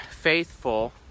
faithful